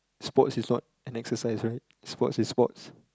sports is not an exercise right sports is sports